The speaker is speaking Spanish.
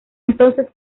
entonces